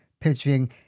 pitching